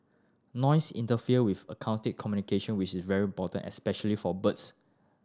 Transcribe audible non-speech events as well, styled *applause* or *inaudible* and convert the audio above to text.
noise interfere with *unintelligible* communication which is very important especially for birds